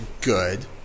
good